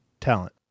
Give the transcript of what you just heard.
talent